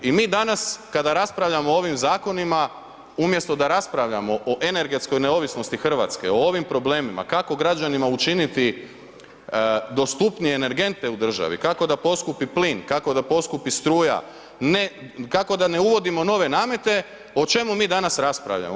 I mi danas kada raspravljamo o ovim zakonima umjesto da raspravljamo o energetskoj neovisnosti RH, o ovim problemima kako građanima učiniti dostupnije energente u državi, kako da poskupi plin, kako da poskupi struja, kako da ne uvodimo nove namete, o čemu mi danas raspravljamo.